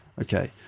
Okay